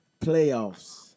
Playoffs